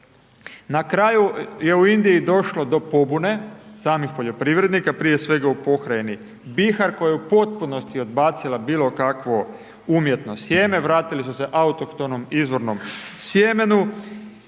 Na kraju je u Indiji došlo do pobune, samih poljoprivrednika, prije svega u pokrajini Bihar, koja je u potpunosti odbacila bilo kakvo umjetno sjemen vratili su se autohtonom izvornom sjemenu,